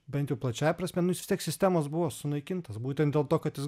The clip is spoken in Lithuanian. bent jau plačiąja prasme nu jis vis tiek sistemos buvo sunaikintas būtent dėl to kad jis